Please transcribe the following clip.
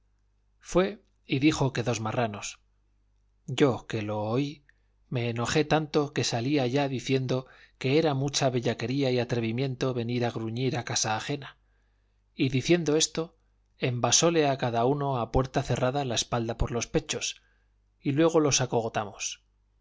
fue y dijo que dos marranos yo que lo oí me enojé tanto que salí allá diciendo que era mucha bellaquería y atrevimiento venir a gruñir a casa ajena y diciendo esto envásole a cada uno a puerta cerrada la espada por los pechos y luego los